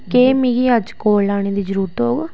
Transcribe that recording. केह् मिगी अज्ज घोल लाने दी लोड़ होग